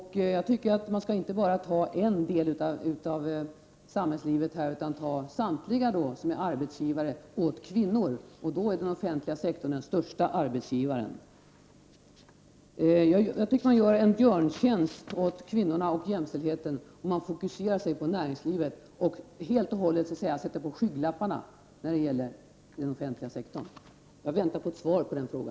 Jag tycker att man inte bara skall ta en del av samhällslivet utan se till samtliga som är arbetsgivare åt kvinnor. Då är den offentliga sektorn den största arbetsgivaren. Man gör kvinnorna och jämställdheten en björntjänst om man fokuserar sig på näringslivet och helt och hållet sätter på skygglapparna när det gäller den offentliga sektorn. Jag väntar på ett svar på min fråga.